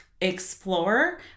explore